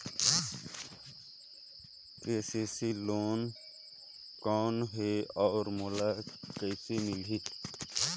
KCC loan कौन हे अउ मोला कइसे मिलही?